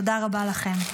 תודה רבה לכם.